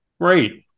Great